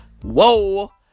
whoa